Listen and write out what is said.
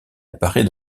apparaît